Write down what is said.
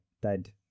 dead